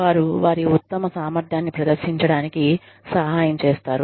వారు వారి ఉత్తమ సామర్థ్యాన్ని ప్రదర్శించడానికి సహాయం చేస్తారు